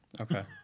Okay